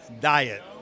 Diet